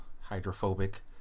hydrophobic